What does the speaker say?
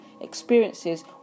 experiences